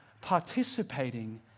participating